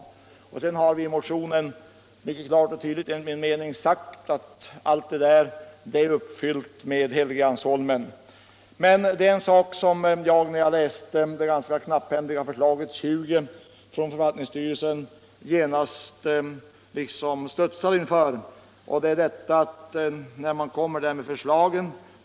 Sedan har vi i motionen klart och tydligt sagt att alla dessa krav är uppfyllda med alternativet Helgeandsholmen. Men det var en sak som jag, när jag läste det knapphändiga förslaget nr 20 från förvaltningsstyrelsen, genast studsade inför.